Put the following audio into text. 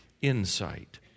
insight